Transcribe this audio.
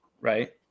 right